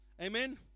Amen